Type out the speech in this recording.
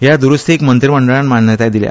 हया द्रूस्तीक मंत्रिमडळान मान्यताय दिल्या